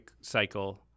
cycle